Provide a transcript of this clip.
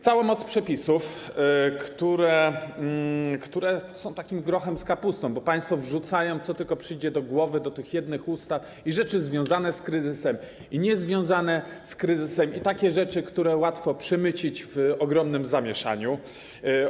Całą moc przepisów, które są takim grochem z kapustą, bo państwo wrzucają, co tylko przyjdzie do głowy, do tych jednych ustaw: i rzeczy związane z kryzysem, i rzeczy niezwiązane z kryzysem, i takie rzeczy które łatwo przemycić w ogromnym zamieszaniu.